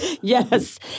Yes